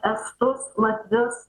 estus latvius